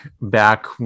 back